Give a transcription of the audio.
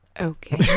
Okay